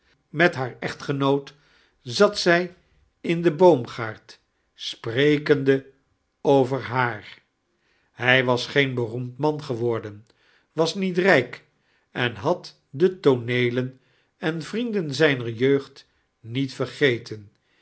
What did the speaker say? met haar echtgenoot zat zij in den boomgaard sprekende over haar hij was geen beroenid man geworden was nieit rijk en had de tooneelen en vrienden zijner jeugd niet vergeten